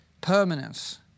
permanence